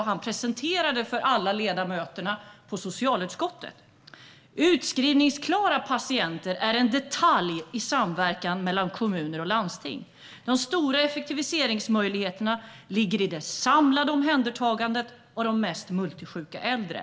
Han presenterade för socialutskottets alla ledamöter att utskrivningsklara patienter är en detalj i samverkan mellan kommuner och landsting och att de stora effektiviseringsmöjligheterna ligger i det samlade omhändertagandet av de mest multisjuka äldre.